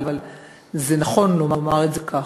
אבל זה נכון לומר את זה כך.